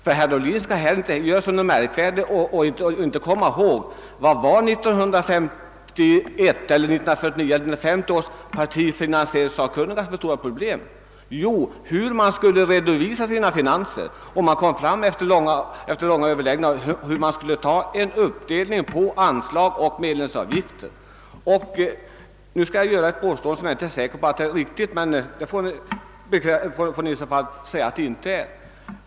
Herr Ohlin skall inte här göra sig märkvärdig och inte komma ihåg vilket det stora problemet för partifinansieringssakkunniga var. Det var ju hur partierna skulle redovisa sina finanser. Efter långa överläggningar kom man fram till hur man skulle göra en uppdelning på anslag och medlemsavgifter. Nu skall jag komma med ett påstående, som jag inte är alldeles säker på är riktigt, men i så fall får ni väl rätta mig.